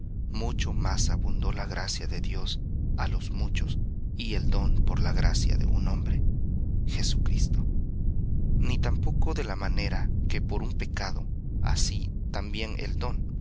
mucho más abundó la gracia de dios á los muchos y el don por la gracia de un hombre jesucristo ni tampoco de la manera que por un pecado también el don